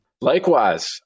Likewise